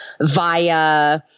via